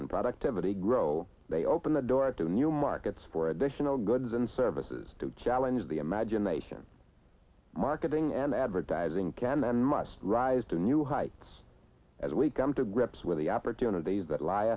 and productivity grow they open the door to new markets for additional goods and services to challenge the imagination marketing and advertising can and must rise to new heights as we come to grips with the opportunities that lie